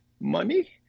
money